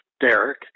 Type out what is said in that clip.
Derek